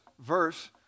verse